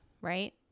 right